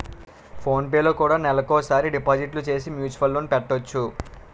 phone పేలో కూడా నెలకోసారి డిపాజిట్లు సేసి మ్యూచువల్ లోన్ పెట్టొచ్చు